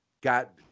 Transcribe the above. got